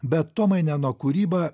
bet tomaineno kūryba